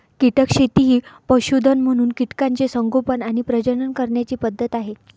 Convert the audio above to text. कीटक शेती ही पशुधन म्हणून कीटकांचे संगोपन आणि प्रजनन करण्याची पद्धत आहे